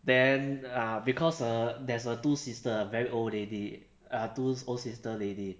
then ah because uh there's a two sister very old lady uh two old sister lady